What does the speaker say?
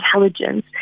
intelligence